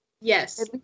Yes